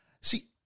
See